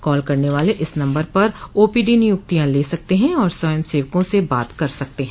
call करने वाले इस नम्बर पर ओपोडी नियुक्तियां ले सकते हैं और स्वयंसेवकों से बात कर सकते हैं